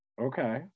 Okay